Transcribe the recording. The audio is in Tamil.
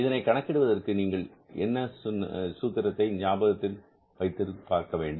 இதனை கணக்கிடுவதற்கு நீங்கள் நான் சொன்ன சூத்திரத்தை ஞாபகப்படுத்தி பார்க்கவேண்டும்